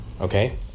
okay